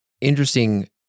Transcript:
interesting